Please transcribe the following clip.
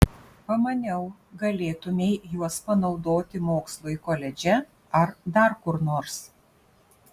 pamaniau galėtumei juos panaudoti mokslui koledže ar dar kur nors